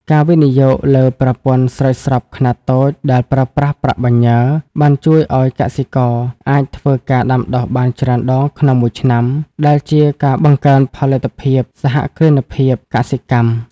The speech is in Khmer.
ការវិនិយោគលើប្រព័ន្ធស្រោចស្រពខ្នាតតូចដែលប្រើប្រាស់ប្រាក់បញ្ញើ បានជួយឱ្យកសិករអាចធ្វើការដាំដុះបានច្រើនដងក្នុងមួយឆ្នាំ ដែលជាការបង្កើនផលិតភាពសហគ្រិនភាពកសិកម្ម។